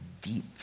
deep